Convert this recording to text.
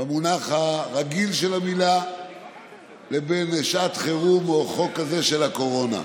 במונח הרגיל של המילה לבין שעת חירום כמו בחוק הזה של הקורונה.